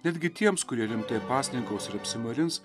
netgi tiems kurie rimtai pasninkaus ir apsimarins